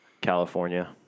California